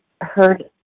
heard